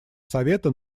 совета